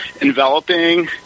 enveloping